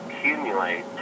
accumulate